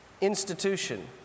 institution